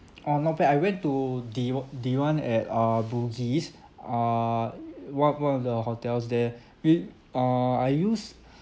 oh not bad I went to the o~ the one at uh bugis err o~ one one of the hotels there we err I used